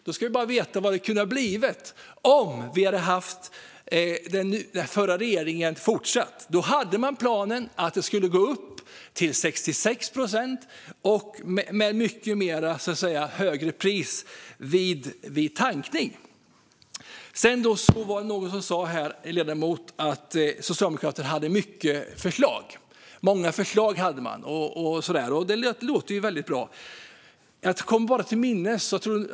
Då ska man veta hur det kunde ha blivit om den förra regeringen hade fortsatt. Då var planen att reduktionsplikten skulle upp till 66 procent, med mycket högre pris vid tankning. En ledamot sa att Socialdemokraterna har många förslag. Det låter ju väldigt bra.